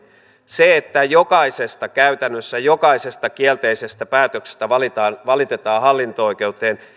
se että käytännössä jokaisesta kielteisestä päätöksestä valitetaan valitetaan hallinto oikeuteen